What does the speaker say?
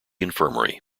infirmary